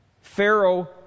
Pharaoh